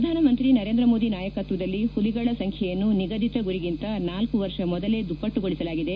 ಪ್ರಧಾನಮಂತ್ರಿ ನರೇಂದ್ರ ಮೋದಿ ನಾಯಕತ್ವದಲ್ಲಿ ಹುಲಿಗಳ ಸಂಖ್ಯೆಯನ್ನು ನಿಗದಿತ ಗುರಿಗಿಂತ ನಾಲ್ಕು ವರ್ಷ ಮೊದಲೆ ದುಪ್ಪಟ್ಟುಗೊಳಿಸಲಾಗಿದೆ